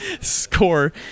score